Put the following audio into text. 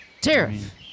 Tariff